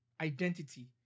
identity